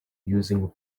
using